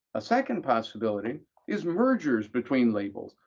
a second possibility is mergers between labels.